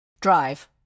Drive